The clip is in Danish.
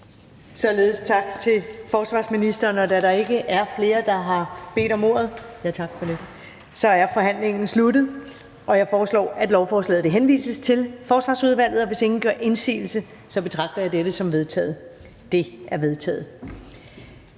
Således tak til forsvarsministeren. Da der ikke er flere, der har bedt om ordet, er forhandlingen sluttet. Jeg foreslår, at lovforslaget henvises til Forsvarsudvalget. Hvis ingen gør indsigelse, betragter jeg dette som vedtaget. Det er vedtaget.